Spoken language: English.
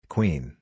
Queen